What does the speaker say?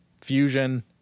Fusion